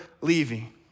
leaving